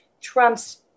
Trump's